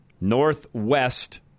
northwest